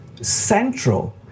central